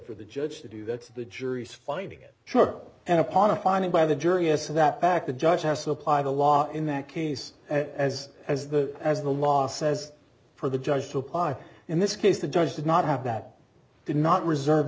for the judge to do that's the jury's finding it sure and upon a finding by the jury as to that back the judge has to apply the law in that case as as the as the law says for the judge to apply in this case the judge did not have that did not reserve